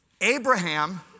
Abraham